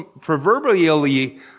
proverbially